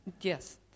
Yes